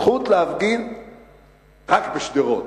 זכות להפגין רק בשדרות.